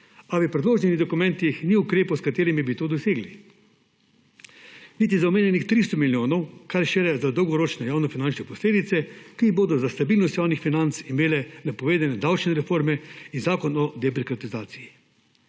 a v predloženih dokumentih ni ukrepov, s katerimi bi to dosegli. Niti za omenjenih 300 milijonov, kaj šele za dolgoročne javnofinančne posledice, ki jih bodo za stabilnost javnih financ imeli napovedane davčne reforme in zakon o debirokratizaciji.